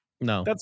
No